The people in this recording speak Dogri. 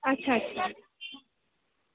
अच्छा अच्छा